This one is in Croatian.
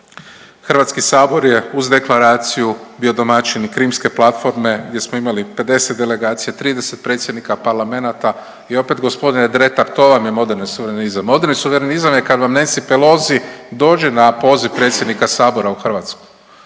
Hrvatski sabor je uz deklaraciju bio domaćin i Krimske platforme gdje smo imali 50 delegacija, 30 predsjednika parlamenata i opet gospodine Dretar to vam je moderni suverenizam. Moderni suverenizam je kad vam Nancy Pelosi dođe na poziv predsjednika sabora u Hrvatsku.